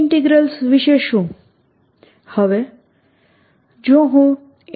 sinsinϕ|r R|ds4π3rsinθcosϕC અન્ય ઈન્ટીગ્રલ્સ વિશે શું